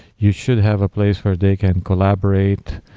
you should have a place where they can collaborate,